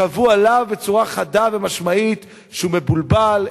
קבעו עליו בצורה חדה ומשמעית שהוא מבולבל,